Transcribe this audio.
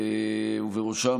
ובראשם,